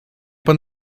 pan